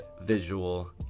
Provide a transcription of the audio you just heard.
visual